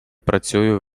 працюю